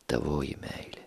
tavoji meilė